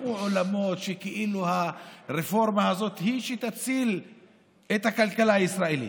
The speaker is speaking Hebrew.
הפכו עולמות שכאילו הרפורמה הזאת היא שתציל את הכלכלה הישראלית.